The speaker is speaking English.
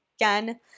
again